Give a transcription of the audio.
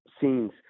scenes